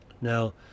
Now